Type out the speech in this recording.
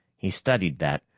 he studied that,